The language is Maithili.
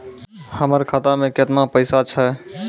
हमर खाता मैं केतना पैसा छह?